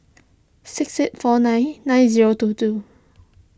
six eight four nine nine zero two two